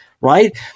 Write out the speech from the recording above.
right